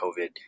COVID